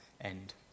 end